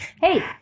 Hey